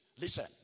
Listen